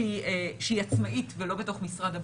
שהיא עצמאית ולא בתוך משרד הבריאות,